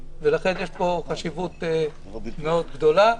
ולכן יש פה חשיבות מאוד גדולה.